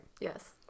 Yes